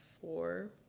four